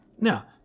Now